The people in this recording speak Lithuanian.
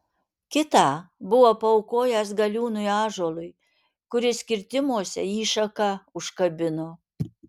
kitą buvo paaukojęs galiūnui ąžuolui kuris kirtimuose jį šaka užkabino